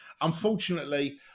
unfortunately